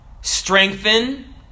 strengthen